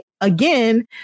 again